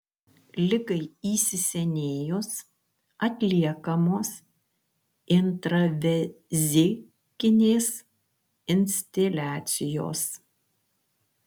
ligai įsisenėjus atliekamos intravezikinės instiliacijos